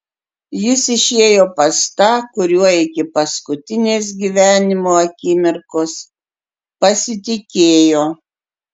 jis išėjo pas tą kuriuo iki paskutinės gyvenimo akimirkos pasitikėjo